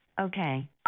Okay